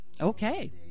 Okay